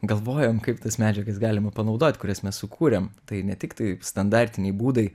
galvojom kaip tas medžiagas galima panaudot kurias mes sukūrėm tai ne tiktai standartiniai būdai